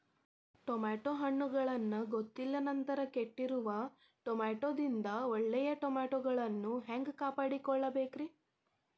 Tomato ಹಣ್ಣುಗಳನ್ನ ಗೊತ್ತಿಲ್ಲ ನಂತರ ಕೆಟ್ಟಿರುವ ಟಮಾಟೊದಿಂದ ಒಳ್ಳೆಯ ಟಮಾಟೊಗಳನ್ನು ಹ್ಯಾಂಗ ಕಾಪಾಡಿಕೊಳ್ಳಬೇಕರೇ?